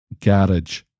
garage